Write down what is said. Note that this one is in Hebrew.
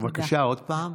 בבקשה עוד פעם.